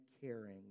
caring